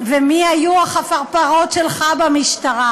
ומי היו החפרפרות שלך במשטרה?